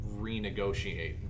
renegotiate